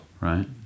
right